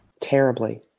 Terribly